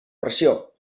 versió